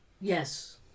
Yes